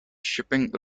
shipping